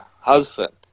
husband